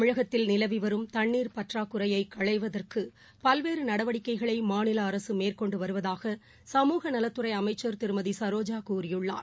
தமிழகத்தில் நிலவிவரும் தண்ணீர் பற்றாக்குறையைகளைவதற்குபல்வேறுநடவடிக்கைகளைமாநிலஅரசுமேற்கொண்டுவருவதாக சமூக நலத்துறைஅமைச்சர் திருமதிசரோஜாகூறியுள்ளார்